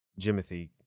Jimothy